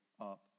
up